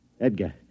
Edgar